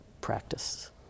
practice